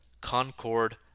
Concord